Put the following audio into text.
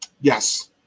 Yes